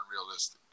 unrealistic